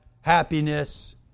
happiness